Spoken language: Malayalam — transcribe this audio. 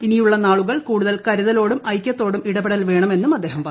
ഇനിയുള്ള നാളുകൾ കൂടുതൽ കരുതലോടും ഐക്യത്തോടും ഇടപെടൽ വേണമെന്നും അദ്ദേഹം പറഞ്ഞു